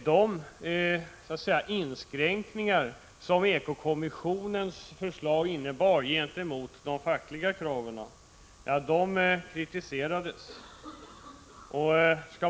De inskränkningar som ekokommissionens förslag innebar i förhållande till de fackliga kraven kritiserades.